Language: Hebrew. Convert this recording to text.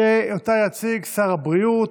שאותה יציג שר הבריאות,